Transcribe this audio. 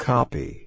Copy